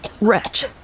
Wretch